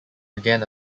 began